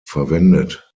verwendet